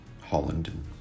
Holland